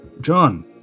John